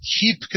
keep